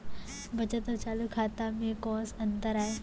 बचत अऊ चालू खाता में कोस अंतर आय?